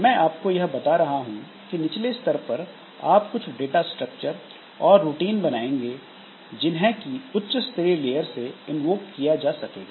मैं आपको यह बता रहा हूं कि निचले स्तर पर आप कुछ डाटा स्ट्रक्चर और रूटीन बनाएंगे जिन्हें की उच्च स्तरीय लेयर से इन्वोक किया जा सकेगा